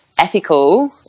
ethical